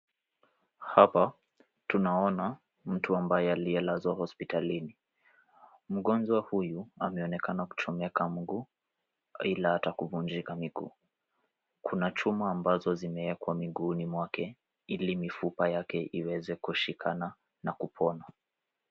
Hapa tunaona mtu ambaye aliyelazwa hospitalini. Mgonjwa huyu ameonekana kuchomeka mguu ila ata kuvunjika miguu. Kuna chuma ambazo zimewekwa miguuni mwake ili mifupa yake iweze kushikana na kupona.